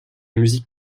musique